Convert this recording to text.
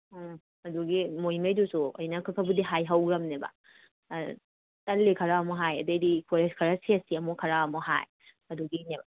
ꯎꯝ ꯑꯗꯨꯒꯤ ꯃꯣꯏꯉꯩꯗꯨꯁꯨ ꯑꯩꯅ ꯈꯔ ꯈꯔꯕꯨꯗꯤ ꯍꯥꯏ ꯍꯧꯈ꯭ꯔꯕꯅꯦꯕ ꯇꯜꯂꯤ ꯈꯔ ꯑꯃꯨꯛ ꯍꯥꯏ ꯑꯗꯩꯗꯤ ꯀꯣꯂꯦꯁ ꯈꯔ ꯁꯦꯠꯁꯤ ꯑꯃꯨꯛ ꯈꯔ ꯑꯃꯨꯛ ꯍꯥꯏ ꯑꯗꯨꯒꯤꯅꯦꯕ